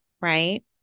right